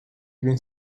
bin